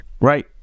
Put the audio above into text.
Right